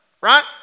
right